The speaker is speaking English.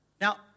Now